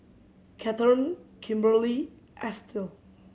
Kathern Kimberlie Estill